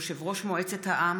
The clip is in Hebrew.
יושב-ראש מועצת העם,